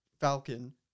Falcon